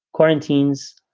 quarantines,